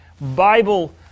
Bible